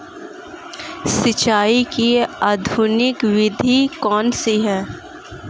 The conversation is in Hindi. सिंचाई की आधुनिक विधि कौनसी हैं?